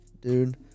dude